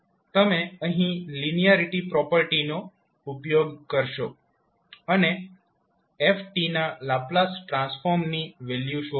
તમે અહીં લિનીયારીટી પ્રોપર્ટીનો ઉપયોગ કરશો અને f ના લાપ્લાસ ટ્રાન્સફોર્મની વેલ્યુ શોધશો